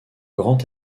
grand